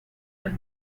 and